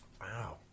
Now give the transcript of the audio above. Wow